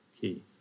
key